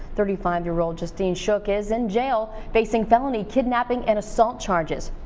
thirty five year old justine shook is in jail, facing felony kidnapping and assault charges.